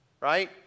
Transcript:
Right